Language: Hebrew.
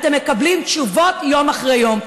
אתם מקבלים תשובות יום אחרי יום,